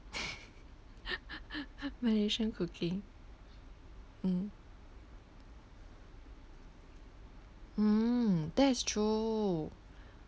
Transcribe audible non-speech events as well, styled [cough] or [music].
[laughs] malaysian cooking mm mm that's true